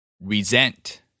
Resent